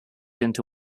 into